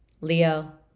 Leo